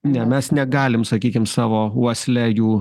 ne mes negalim sakykim savo uosle jų